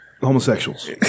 homosexuals